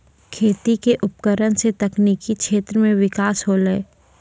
खेती क उपकरण सें तकनीकी क्षेत्र में बिकास होलय